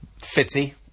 Fitzy